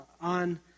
on